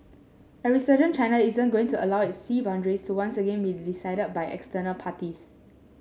a resurgent China isn't going to allow it sea boundaries to once again be decided by external parties